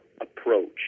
approach